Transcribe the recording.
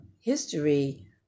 history